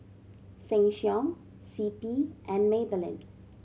Sheng Siong C P and Maybelline